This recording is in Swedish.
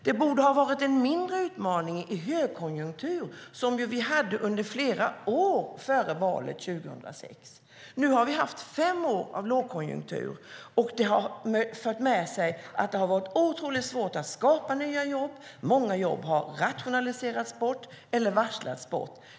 Det borde ha varit en mindre utmaning i högkonjunktur som vi ju hade under flera år före valet 2006. Nu har vi haft fem år av lågkonjunktur, och det har fört med sig att det har varit otroligt svårt att skapa nya jobb. Många jobb har rationaliserats bort eller varslats bort.